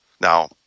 Now